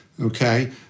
Okay